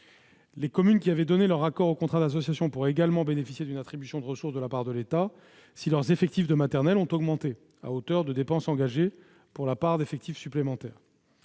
Les communes qui avaient donné leur accord au contrat d'association pourront également bénéficier d'une attribution de ressources de la part de l'État si leurs effectifs de maternelle ont augmenté, à hauteur des dépenses engagées pour la part d'effectifs supplémentaires.